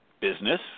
business